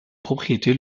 propriétés